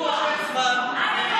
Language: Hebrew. הוא מושך זמן,